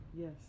yes